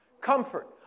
Comfort